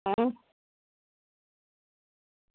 ऐं